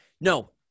No